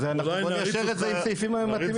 אז לפחות ניישר את זה עם הסעיפים המתאימים.